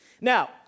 Now